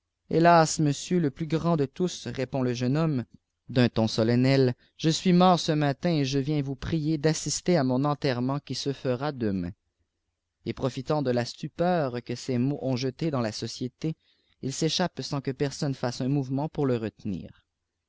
hélas monsieur le plus grand de tous répond le jeune homme d'un ton solennel je suis mort ce matin et je viens vous prier d assister à mon enterrement qui se fera demain et profitant de la stupeur que ces mots ont jetée dans la société il s'échappe sans que personne fasse un mouvement pour le retenir